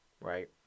right